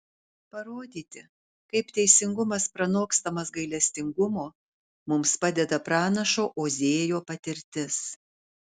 parodyti kaip teisingumas pranokstamas gailestingumo mums padeda pranašo ozėjo patirtis